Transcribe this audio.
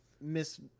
Miss—